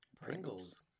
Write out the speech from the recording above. Pringles